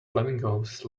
flamingos